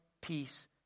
peace